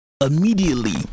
Immediately